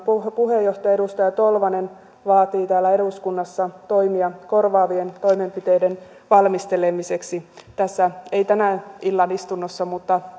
puheenjohtaja edustaja tolvanen vaatii täällä eduskunnassa toimia korvaavien toimenpiteiden valmistelemiseksi ei tässä tämän illan istunnossa mutta